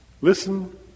Listen